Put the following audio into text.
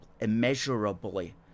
immeasurably